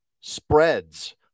spreads